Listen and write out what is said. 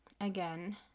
Again